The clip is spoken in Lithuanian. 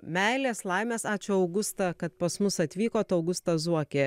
meilės laimės ačiū augusta kad pas mus atvykot augusta zuokė